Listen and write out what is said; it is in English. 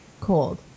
cold